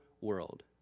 world